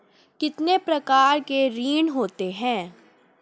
कितने प्रकार के ऋण होते हैं?